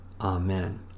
Amen